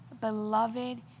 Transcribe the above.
beloved